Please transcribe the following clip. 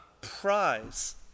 prize